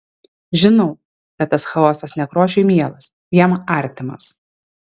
žinau kad tas chaosas nekrošiui mielas jam artimas